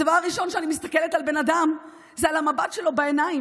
הדבר הראשון שעליו אני מסתכלת אצל בן אדם זה על המבט שלו בעיניים,